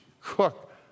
cook